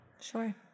Sure